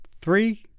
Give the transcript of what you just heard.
three